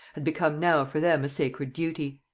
had become now for them a sacred duty.